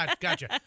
gotcha